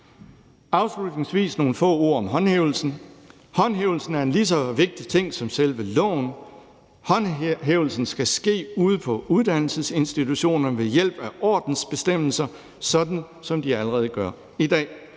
jeg komme med nogle få ord om håndhævelsen. Håndhævelsen er en lige så vigtig ting som selve loven. Håndhævelsen skal ske ude på uddannelsesinstitutionerne ved hjælp af ordensbestemmelser, sådan som de allerede gør i dag.